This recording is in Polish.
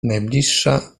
najbliższa